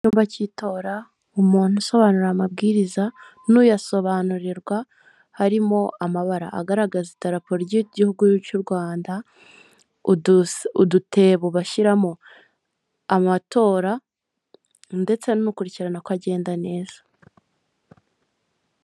Icyumba cy'itora umuntu usobanura amabwiriza n'uyasobanurirwa, harimo amabara agaragaza idarapo ry'igihugu cy'u Rwanda, udutebo bashyiramo amatora ndetse n'ukurikirana ko agenda neza.